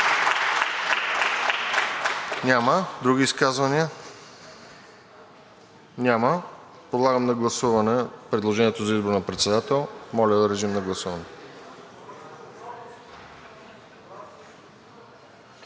Няма. Други изказвания? Няма. Подлагам на гласуване предложението за избор на председател. Гласували